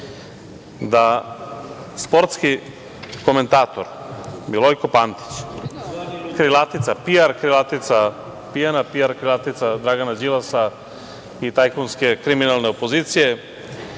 da sportski komentator Milojko Pantić, krilatica, PR krilatica, pijana PR krilatica Drana Đilasa i tajkunske kriminalne opozicije,